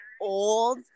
old